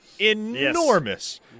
Enormous